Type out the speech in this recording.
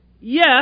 Yes